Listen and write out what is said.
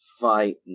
fight